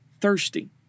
thirsty